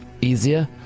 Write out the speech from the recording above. easier